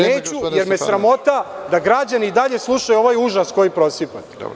Neću jer me je sramota da građani i dalje slušaju ovaj užas koji prosipate.